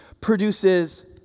produces